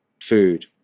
food